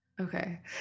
Okay